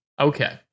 okay